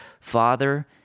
Father